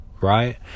right